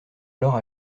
alors